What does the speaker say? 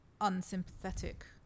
unsympathetic